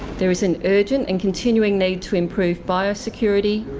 there is an urgent and continuing need to improve biosecurity,